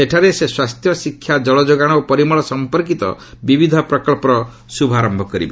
ସେଠାରେ ସେ ସ୍ୱାସ୍ଥ୍ୟ ଶିକ୍ଷା ଜଳଯୋଗାଣ ଓ ପରିମଳ ସମ୍ପର୍କିତ ବିବିଧ ପ୍ରକଳ୍ପର ଶ୍ରଭାରମ୍ଭ କରିବେ